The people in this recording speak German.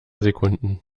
sekunden